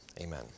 Amen